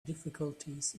difficulties